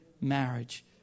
marriage